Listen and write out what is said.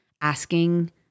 asking